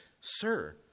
sir